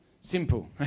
Simple